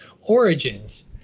Origins